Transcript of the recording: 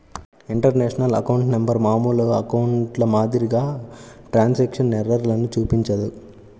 international account number మామూలు అకౌంట్ల మాదిరిగా ట్రాన్స్క్రిప్షన్ ఎర్రర్లను చూపించదు